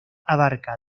abarca